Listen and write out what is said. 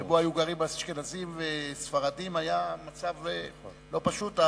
ששם היו גרים אשכנזים וספרדים, היה מצב לא פשוט.